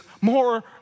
more